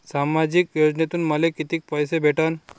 सामाजिक योजनेतून मले कितीक पैसे भेटन?